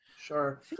Sure